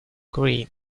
green